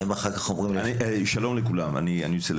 אני מאוד